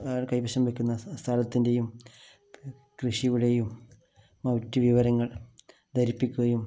അയാള് കൈവശം വെയ്ക്കുന്ന സ്ഥലത്തിൻ്റെയും കൃഷിയുടെയും മറ്റ് വിവരങ്ങള് ധരിപ്പിക്കുകയും